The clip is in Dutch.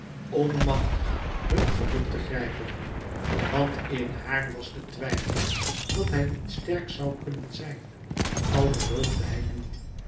onmachtig hun geluk te grijpen want in haar was de twijfel dat hij niet sterk zoû kunnen zijn al beloofde hij nu